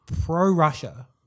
pro-Russia